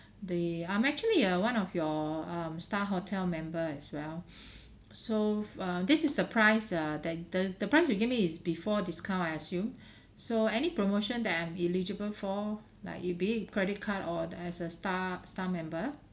the I'm actually uh one of your um star hotel member as well so uh this is the price uh that the the price you give me is before discount I assume so any promotion that I'm eligible for like it be it credit card or as a star star member